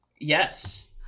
Yes